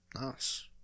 Nice